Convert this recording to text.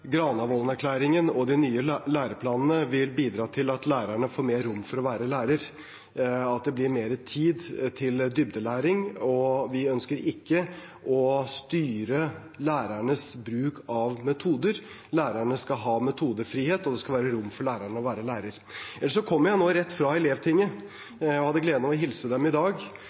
og de nye læreplanene vil bidra til at lærerne får mer rom til å være lærer, at det blir mer tid til dybdelæring. Vi ønsker ikke å styre lærernes bruk av metoder. Lærerne skal ha metodefrihet, og det skal være rom for lærerne til å være lærer. Ellers kommer jeg nå rett fra Elevtinget. Jeg hadde gleden av å hilse dem i dag.